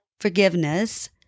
forgiveness